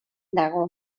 dago